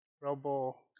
Robo